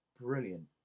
brilliant